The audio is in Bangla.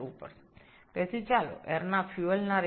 সুতরাং আসুন আমরা বায়ু ও জ্বালানির অনুপাত বিবেচনা করি